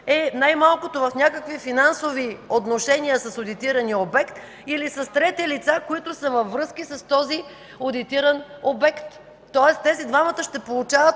е най-малкото в някакви финансови отношения с одитирания обект или с трети лица, които са във връзки с този одитиран обект. Тоест тези двамата ще получават